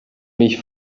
mich